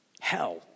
hell